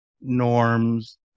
norms